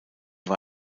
war